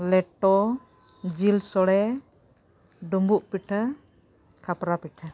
ᱞᱮᱴᱚ ᱡᱤᱞ ᱥᱚᱲᱮ ᱰᱩᱸᱵᱩᱜ ᱯᱤᱴᱷᱟᱹ ᱠᱷᱟᱯᱨᱟ ᱯᱤᱴᱷᱟᱹ